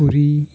खुकुरी